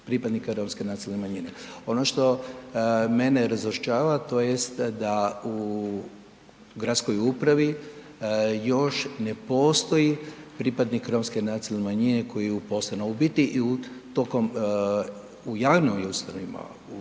pripadnika romske nacionalne manjine. Ono što mene je razočaralo, to jest da u gradskoj upravi još ne postoji pripadnik romske nacionalne manjine koji je uposlen a u biti i tokom, i u javnim ustanovama u